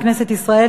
בכנסת ישראל,